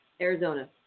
Arizona